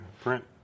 print